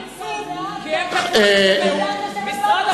זה משרד פרסום,